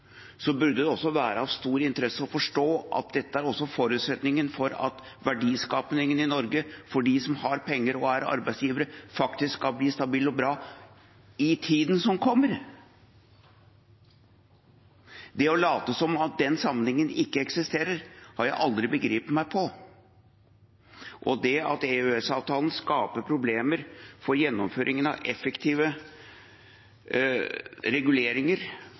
burde det være av stor interesse å forstå at dette også er forutsetningen for at verdiskapingen i Norge, for dem som har penger og er arbeidsgivere, faktisk skal bli stabil og bra – i tiden som kommer. Å late som om den sammenhengen ikke eksisterer, har jeg aldri begrepet meg på. At EØS-avtalen skaper problemer for gjennomføringen av effektive reguleringer,